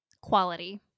quality